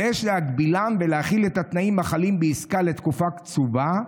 ויש להגבילם ולהחיל את התנאים החלים בעסקה לתקופה קצובה,